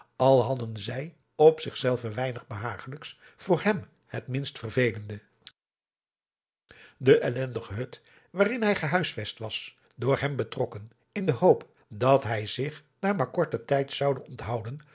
al hadden zij op zich zelve weinig behagelijks voor hem het minst vervelende de ellendige hut waarin hij gehuisvest was door hem betrokken in de hoop dat hij zich daar maar korten tijd zoude onthouden